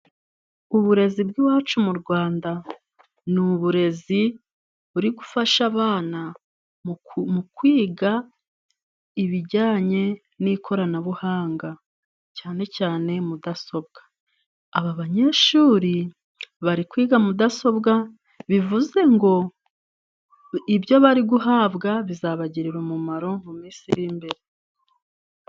Uburezi bw'iwacu mu Rwanda ni uburezi buri gufasha abana kwiga ibijyanye n'ikoranabuhanga cyane cyane mudasobwa, aba banyeshuri bari kwiga mudasobwa bivuze ngo ibyo bari guhabwa bizabagirira umumaro mu minsi iri imbere.